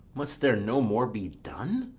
must there no more be done?